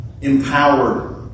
empowered